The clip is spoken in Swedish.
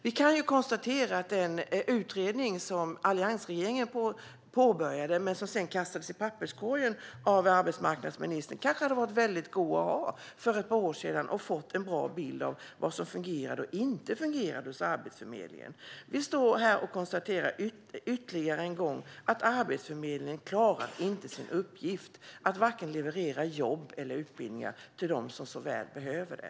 Vi kan konstatera att den utredning som alliansregeringen påbörjade men som sedan kastades i papperskorgen av arbetsmarknadsministern skulle ha varit väldigt bra att ha för ett par år sedan. Då hade man fått en bra bild av vad som fungerade och inte fungerade hos Arbetsförmedlingen. Vi står här och konstaterar ytterligare en gång att Arbetsförmedlingen inte klarar sin uppgift. Den levererar varken jobb eller utbildningar till dem som så väl behöver det.